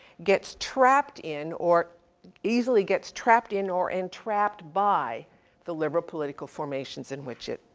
gets trapped in or easily gets trapped in or entrapped by the liberal political formations in which it,